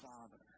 Father